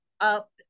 up